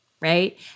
right